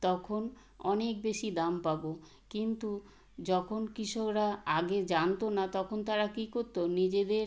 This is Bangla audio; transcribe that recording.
তখন অনেক বেশি দাম পাবো কিন্তু যখন কৃষকরা আগে জানতো না তখন তারা কী করতো নিজেদের